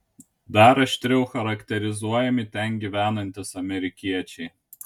dar aštriau charakterizuojami ten gyvenantys amerikiečiai